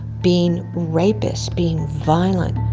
being rapists, being violent.